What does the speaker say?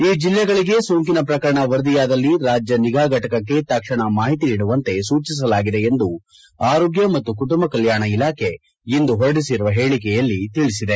ಈ ಜಿಲ್ಲೆಗಳಿಗೆ ಸೋಂಕಿನ ಪ್ರಕರಣ ವರದಿಯಾದಲ್ಲಿ ರಾಜ್ಯ ನಿಗಾ ಘಟಕಕ್ಕೆ ತಕ್ಷಣ ಮಾಹಿತಿ ನೀಡುವಂತೆ ಸೂಚಿಸಲಾಗಿದೆ ಎಂದು ಆರೋಗ್ಯ ಮತ್ತು ಕುಟುಂಬ ಕಲ್ಟಾಣ ಇಲಾಖೆ ಇಂದು ಹೊರಡಿಸಿರುವ ಹೇಳಿಕೆಯಲ್ಲಿ ತಿಳಿಸಲಾಗಿದೆ